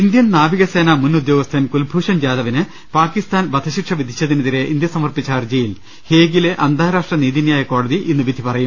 Indian നാവികസേനാ മുൻ ഉദ്യോഗസ്ഥൻ കുൽഭൂഷൺ ജാദവിന് പാകിസ്ഥാൻ വധശിക്ഷ വിധിച്ചതിനെതിരെ ഇന്ത്യ സമർപ്പിച്ച ഹർജിയിൽ ഹേഗിലെ അന്താരാഷ്ട്ര നീതിന്യായ കോടതി ഇന്ന് വിധി പറയും